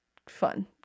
fun